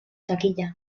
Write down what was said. taquilla